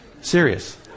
Serious